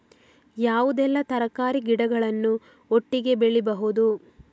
ಯಾವುದೆಲ್ಲ ತರಕಾರಿ ಗಿಡಗಳನ್ನು ಒಟ್ಟಿಗೆ ಬೆಳಿಬಹುದು?